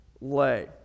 lay